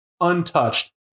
untouched